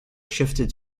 shifted